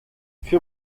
für